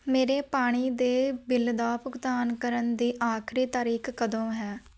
ਮੇਰੇ ਪਾਣੀ ਦੇ ਬਿੱਲ ਦਾ ਭੁਗਤਾਨ ਕਰਨ ਦੀ ਆਖਰੀ ਤਾਰੀਖ ਕਦੋਂ ਹੈ